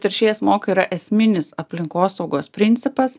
teršėjas moka yra esminis aplinkosaugos principas